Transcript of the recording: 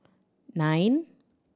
nine